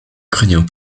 ukrainiens